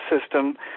system